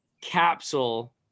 capsule